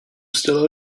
still